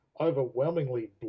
overwhelmingly